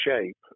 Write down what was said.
shape